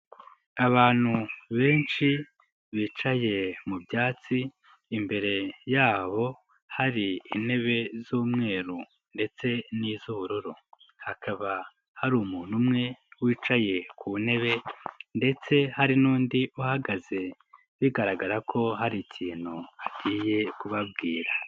Abantu benshi bicaye mu byatsi, imbere yabo hari intebe z'umweru ndetse n'iz'ubururu, hakaba hari umuntu umwe, wicaye ku ntebe ndetse hari n'undi uhagaze, bigaragara ko hari ikintu, agiye kubabwira.